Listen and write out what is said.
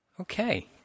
Okay